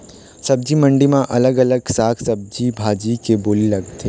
सब्जी मंडी म अलग अलग साग भाजी के बोली लगथे